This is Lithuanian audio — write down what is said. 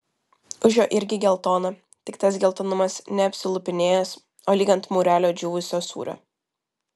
už jo irgi geltona tik tas geltonumas ne apsilupinėjęs o lyg ant mūrelio džiūvusio sūrio